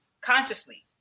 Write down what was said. consciously